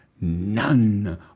none